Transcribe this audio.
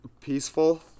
peaceful